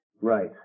Right